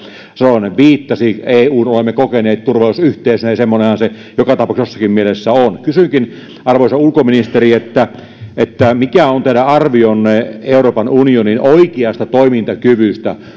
salolainen viittasi eun olemme kokeneet turvallisuusyhteisönä ja semmoinenhan se joka tapauksessa jossakin mielessä on kysynkin arvoisa ulkoministeri mikä on teidän arvionne euroopan unionin oikeasta toimintakyvystä